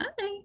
hi